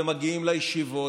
ומגיעים לישיבות,